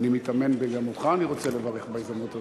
גם אותך אני רוצה לברך בהזדמנות הזאת,